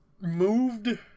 moved